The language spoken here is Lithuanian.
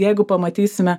jeigu pamatysime